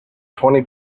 twenty